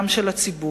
גם של הציבור.